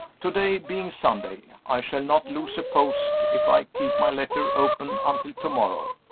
to-day being sunday, i shall not lose a post if i keep my letter open until to-morrow.